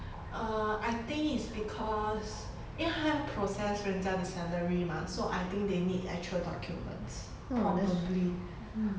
err I think it's because 因为他要 process 人家的 salary mah so I think they need actual documents probably